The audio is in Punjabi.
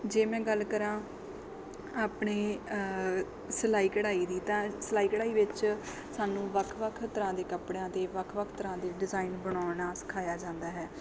ਜੇ ਮੈਂ ਗੱਲ ਕਰਾਂ ਆਪਣੇ ਸਿਲਾਈ ਕਢਾਈ ਦੀ ਤਾਂ ਸਿਲਾਈ ਕਢਾਈ ਵਿੱਚ ਸਾਨੂੰ ਵੱਖ ਵੱਖ ਤਰ੍ਹਾਂ ਦੇ ਕੱਪੜਿਆਂ ਦੇ ਵੱਖ ਵੱਖ ਤਰ੍ਹਾਂ ਦੇ ਡਿਜ਼ਾਇਨ ਬਣਾਉਣਾ ਸਿਖਾਇਆ ਜਾਂਦਾ ਹੈ